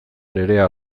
nerea